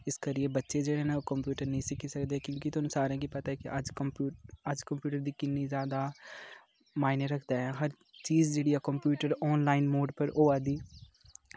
इस करियै बच्चे जेह्ड़े न ओह् कंप्यूटर निं सिक्खी सकदे क्योंकि तुसेंगी सारें गी पता कि अज्ज कंप्यू अज्ज कंप्यूटर दी किन्नी ज्यादा मायने रखदा ऐ हर चीज़ जेह्ड़ी ऐ कंप्यूटर आनलाइन मोड पर होआ दी